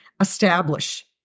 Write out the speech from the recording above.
establish